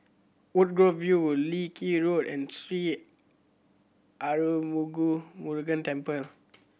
Woodgrove View Leng Kee Road and Sri Arulmigu Murugan Temple